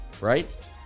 right